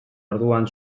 orduan